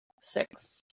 Six